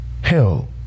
hell